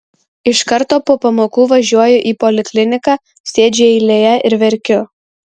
iš karto po pamokų važiuoju į polikliniką sėdžiu eilėje ir verkiu